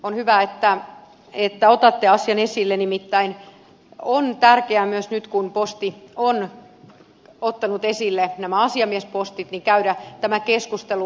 on hyvä että otatte asian esille nimittäin on tärkeää nyt kun posti on ottanut esille nämä asiamiespostit käydä tämä keskustelu